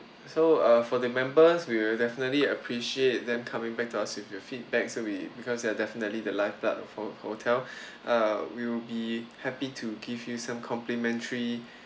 so uh for the members we will definitely appreciate them coming back to us with your feedbacks that we because you are definitely the lifeblood for our hotel err we would be happy to give you some complimentary